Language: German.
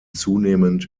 zunehmend